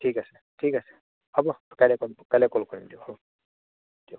ঠিক আছে ঠিক আছে হ'ব কাইলৈ ক কাইলৈ কল কৰিম দিয়ক হ'ব দিয়ক